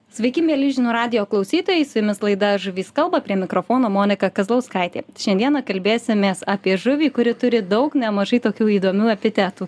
sveiki mieli žinių radijo klausytojai su jumis laida žuvys kalba prie mikrofono monika kazlauskaitė šiandieną kalbėsimės apie žuvį kuri turi daug nemažai tokių įdomių epitetų